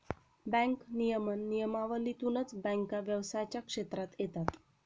bank नियमन नियमावलीतूनच बँका व्यवसायाच्या क्षेत्रात येतात